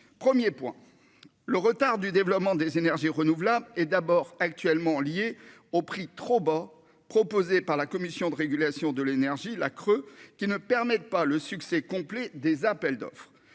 1er point le retard du développement des énergies renouvelables et d'abord actuellement lié au prix trop bas proposés par la Commission de régulation de l'énergie, la creux qui ne permettent pas le succès complet des appels d'offres